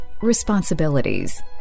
responsibilities